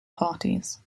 parties